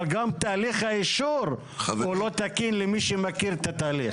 אבל גם תהליך האישור לא תקין למי שמכיר את התהליך.